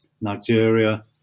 Nigeria